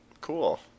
Cool